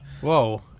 Whoa